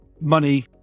money